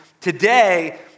Today